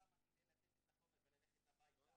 לא באתם לשם רק כדי לתת את החומר וללכת הביתה,